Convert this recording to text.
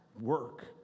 work